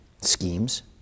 schemes